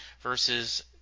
versus